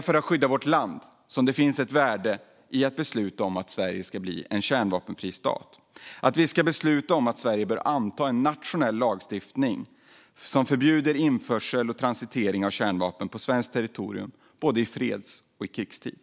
för att skydda vårt land som det finns ett värde i att besluta att Sverige ska förbli en kärnvapenfri stat. Vi bör besluta att Sverige ska anta en nationell lagstiftning som förbjuder införsel och transitering av kärnvapen på svenskt territorium i både freds och krigstid.